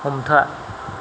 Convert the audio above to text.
हमथा